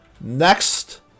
Next